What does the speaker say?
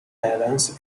evans